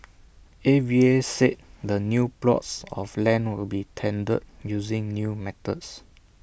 A V A said the new plots of land will be tendered using new methods